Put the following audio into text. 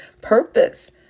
purpose